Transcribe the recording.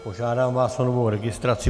Požádám vás o novou registraci.